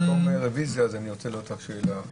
במקום רוויזיה אני רוצה לשאול שאלה.